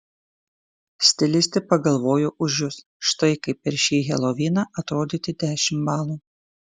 stilistė pagalvojo už jus štai kaip per šį heloviną atrodyti dešimt balų